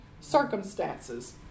circumstances